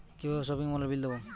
কিভাবে সপিং মলের বিল দেবো?